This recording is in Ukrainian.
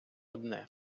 одне